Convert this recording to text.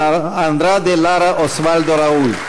מר אנדרדה לארה אוסוולדו ראול.